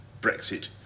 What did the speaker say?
Brexit